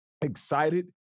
excited